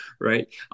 right